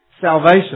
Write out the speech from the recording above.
salvation